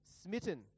smitten